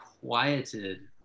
quieted